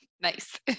Nice